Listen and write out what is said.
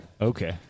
Okay